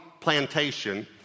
plantation